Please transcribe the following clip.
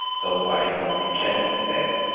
so why not ingest them.